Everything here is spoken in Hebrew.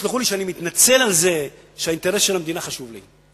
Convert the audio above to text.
תסלחו לי שאני מתנצל על זה שהאינטרס של המדינה חשוב לי.